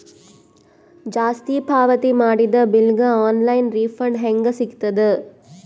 ಜಾಸ್ತಿ ಪಾವತಿ ಮಾಡಿದ ಬಿಲ್ ಗ ಆನ್ ಲೈನ್ ರಿಫಂಡ ಹೇಂಗ ಸಿಗತದ?